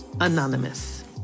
Anonymous